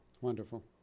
wonderful